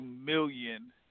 million